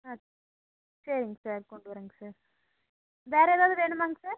ஆ சரிங்க சார் கொண்டு வரேங்க சார் வேறு எதாவது வேணுமாங்க சார்